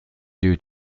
due